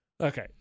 Okay